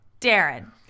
Darren